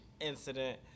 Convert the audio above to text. incident